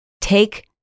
take